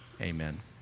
Amen